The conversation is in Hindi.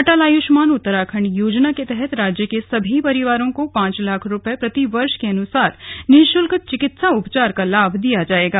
अटल आयुष्मान उत्तराखण्ड योजना के तहत राज्य के सभी परिवारों को पांच लाख रुपए प्रतिवर्ष के अनुसार निःशुल्क चिकित्सा उपचार का लाभ दिया जाएगा